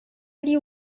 you